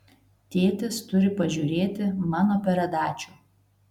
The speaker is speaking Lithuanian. tėtis turi pažiūrėti mano peredačių